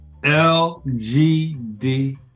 LGD